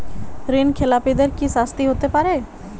ঋণ খেলাপিদের কি শাস্তি হতে পারে?